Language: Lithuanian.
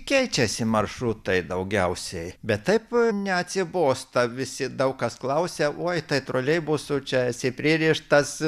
keičiasi maršrutai daugiausiai bet taip neatsibosta visi daug kas klausia oi troleibusu čia esi pririštas